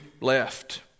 left